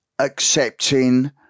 Accepting